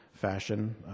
Fashion